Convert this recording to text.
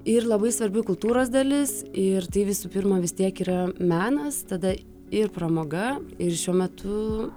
ir labai svarbi kultūros dalis ir tai visų pirma vis tiek yra menas tada ir pramoga ir šiuo metu